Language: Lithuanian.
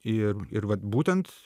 ir ir vat būtent